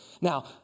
Now